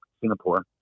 singapore